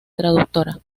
traductora